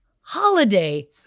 Holiday